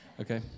okay